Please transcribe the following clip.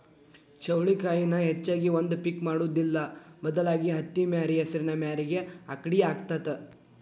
ಚೌಳಿಕಾಯಿನ ಹೆಚ್ಚಾಗಿ ಒಂದ ಪಿಕ್ ಮಾಡುದಿಲ್ಲಾ ಬದಲಾಗಿ ಹತ್ತಿಮ್ಯಾರಿ ಹೆಸರಿನ ಮ್ಯಾರಿಗೆ ಅಕ್ಡಿ ಹಾಕತಾತ